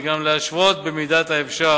וגם להשוות במידת האפשר